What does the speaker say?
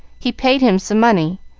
he paid him some money.